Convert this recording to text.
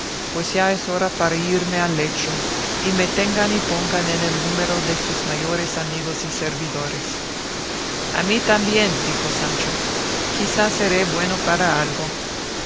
pues ya es hora para irme al lecho y me tengan y pongan en el número de sus mayores amigos y servidores y a mí también dijo sancho quizá seré bueno para algo